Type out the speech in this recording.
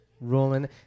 rolling